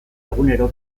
egunero